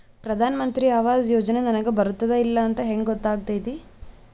ಪ್ರಧಾನ ಮಂತ್ರಿ ಆವಾಸ್ ಯೋಜನೆ ನನಗ ಬರುತ್ತದ ಇಲ್ಲ ಅಂತ ಹೆಂಗ್ ಗೊತ್ತಾಗತೈತಿ?